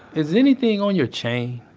is anything on your chain?